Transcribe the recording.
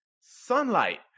Sunlight